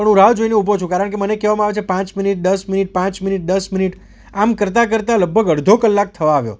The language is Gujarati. પણ હું રાહ જોઈને ઊભો છું કારણ કે મને કહેવામાં આવે છે પાંચ મિનિટ દસ મિનિટ પાંચ મિનિટ દસ મિનિટ આમ કરતાં કરતાં લગભગ અડધો કલાક થવા આવ્યો